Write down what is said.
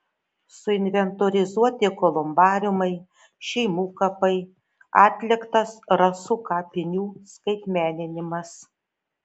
suinventorizuoti kolumbariumai šeimų kapai atliktas rasų kapinių skaitmeninimas